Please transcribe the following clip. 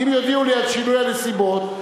אם יודיעו לי על שינוי הנסיבות,